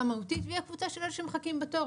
מהותית והיא הקבוצה של אלה שמחכים בתור,